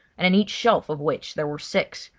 and in each shelf of which there were six,